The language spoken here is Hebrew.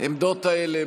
העמדות האלה,